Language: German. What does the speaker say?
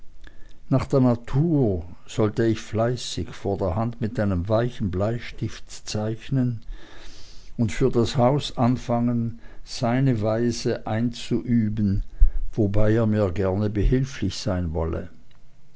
nach der natur sollte ich fleißig vorderhand mit einem weichen blei zeichnen und für das haus anfangen seine weise einzuüben wobei er mir gerne behilflich sein wolle